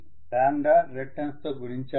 lambda reluctance తో గుణించాలి